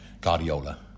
Guardiola